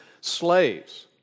slaves